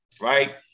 Right